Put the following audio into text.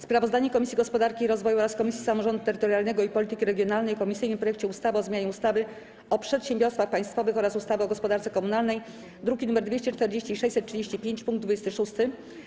Sprawozdanie Komisji Gospodarki i Rozwoju oraz Komisji Samorządu Terytorialnego i Polityki Regionalnej o komisyjnym projekcie ustawy o zmianie ustawy o przedsiębiorstwach państwowych oraz ustawy o gospodarce komunalnej (druki nr 240 i 635) - punkt 26.